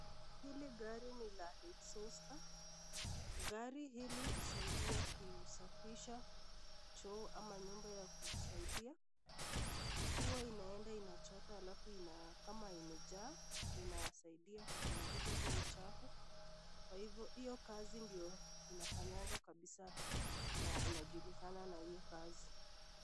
Hili gari ni la exhauster . Gari hili husaidia kusafisha choo ama nyumba ya kujisaidia. Huwa inaenda inachota alafu, kama imejaa, inasaidia kupunguza hiyo uchafu. Kwa hivyo, hiyo kazi ndiyo inafanyanga kabisa na inajulikana na hiyo kazi.